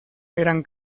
eran